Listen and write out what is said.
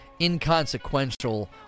inconsequential